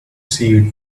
see